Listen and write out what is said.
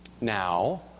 Now